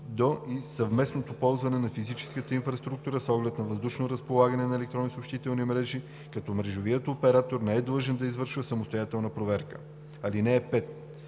до и съвместно ползване на физическа инфраструктура с оглед на въздушно разполагане на електронна съобщителна мрежа, като мрежовият оператор не е длъжен да извършва самостоятелна проверка. (5)